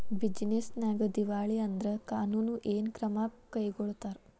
Business ನ್ಯಾಗ ದಿವಾಳಿ ಆದ್ರ ಕಾನೂನು ಏನ ಕ್ರಮಾ ಕೈಗೊಳ್ತಾರ?